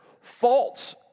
false